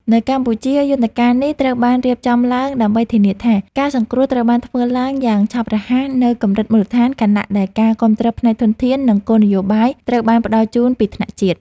នៅកម្ពុជា យន្តការនេះត្រូវបានរៀបចំឡើងដើម្បីធានាថា ការសង្គ្រោះត្រូវបានធ្វើឡើងយ៉ាងឆាប់រហ័សនៅកម្រិតមូលដ្ឋាន ខណៈដែលការគាំទ្រផ្នែកធនធាន និងគោលនយោបាយត្រូវបានផ្ដល់ជូនពីថ្នាក់ជាតិ។